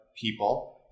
people